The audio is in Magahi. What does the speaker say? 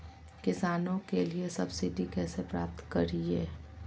किसानों के लिए सब्सिडी कैसे प्राप्त करिये?